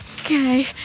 okay